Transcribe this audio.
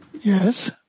Yes